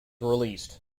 released